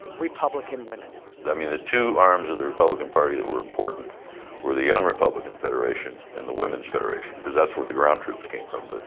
republican women i mean, the two arms of the republican party that were important were the young republican federation and the women's federation because that's where the ground troops came from.